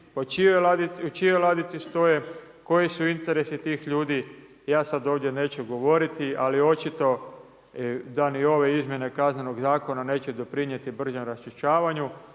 u čijoj ladici stoje, koji su interesi tih ljudi ja sad ovdje neću govoriti, ali očito da ni ove izmjene kaznenog zakona neće doprinijeti bržem raščišćavanju,